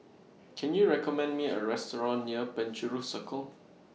Can YOU recommend Me A Restaurant near Penjuru Circle